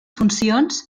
funcions